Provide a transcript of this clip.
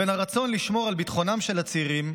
לבין הרצון לשמור על ביטחונם של הצעירים,